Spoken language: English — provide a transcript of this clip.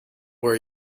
where